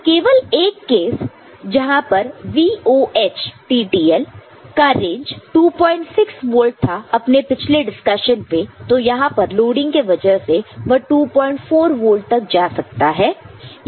केवल एक केस जहां पर VOH का रेंज 26 वोल्ट था अपने पिछले डिस्कशन में तो यहां पर लोडिंग से वह 24 वोल्ट तक जा सकता है